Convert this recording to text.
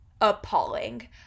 appalling